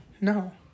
No